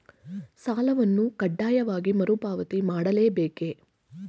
ಸಾಲವನ್ನು ಕಡ್ಡಾಯವಾಗಿ ಮರುಪಾವತಿ ಮಾಡಲೇ ಬೇಕೇ?